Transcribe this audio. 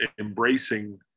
embracing